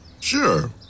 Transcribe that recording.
Sure